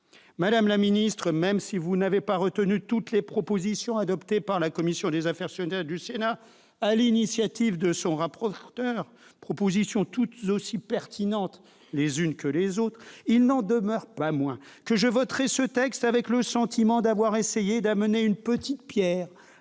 Madame la ministre, même si vous n'avez pas retenu toutes les propositions adoptées par la commission des affaires sociales du Sénat, sur l'initiative de son rapporteur- propositions toutes aussi pertinentes les unes que les autres -, je voterai ce texte avec le sentiment d'avoir essayé d'apporter une petite pierre